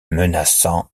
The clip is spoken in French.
menaçant